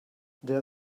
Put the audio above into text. there